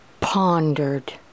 pondered